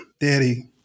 daddy